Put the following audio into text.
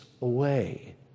away